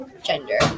gender